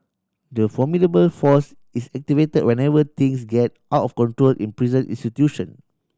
the formidable force is activate whenever things get out of control in prison institution